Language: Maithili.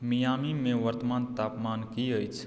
मियाँमी मे वर्तमान तापमान की अछि